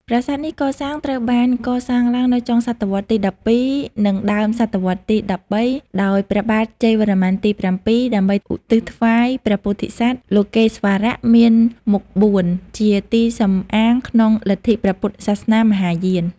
ប្រាសាទនេះកសាងត្រូវបានកសាងឡើងនៅចុងសតវត្សរ៍ទី ១២ និងដើមសតវត្សរ៍ទី ១៣ ដោយព្រះបាទជ័យវរ្ម័នទី៧ ដើម្បីឧទ្ទិសថ្វាយព្រះពោធិសត្វ លោកេស្វរៈមានមុខ៤ ជាទីសំអាងក្នុងលទ្ធិព្រះពុទ្ធសាសនាមហាយាន។